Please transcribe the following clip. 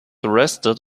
arrested